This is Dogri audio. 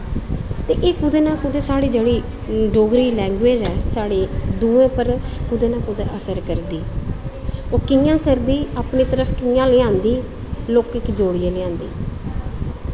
एह् कुसै ना कुतै साढ़े जेह्ड़े डोगरा लैंग्वेज़ ऐ साढ़ी दुएं पर कुतै ना कुतै असर करदी ओह् कि'यां करदी अपनी तरफ कि'यां लेआंदी लोकें गी जोड़ियै लेआंदी